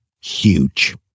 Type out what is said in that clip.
huge